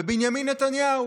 בבנימין נתניהו.